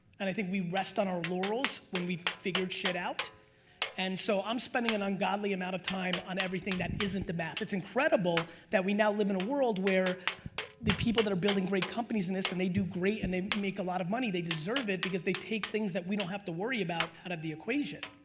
and i think we rest on our laurels when we've figured shit out and so i'm spending an ungodly amount of time on everything that isn't the math. it's incredible that we now live in a world where the people that are building great companies in this and they do great and they make a lot of money, they deserve it because they take things that we don't have to worry about out of the equation